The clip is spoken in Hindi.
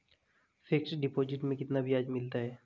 फिक्स डिपॉजिट में कितना ब्याज मिलता है?